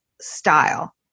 style